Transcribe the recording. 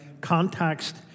context